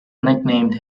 nicknamed